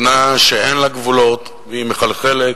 שנאה שאין לה גבולות והיא מחלחלת.